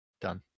done